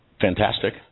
Fantastic